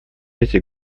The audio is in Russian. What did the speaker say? эти